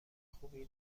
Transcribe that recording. خوبی